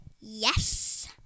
Yes